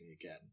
again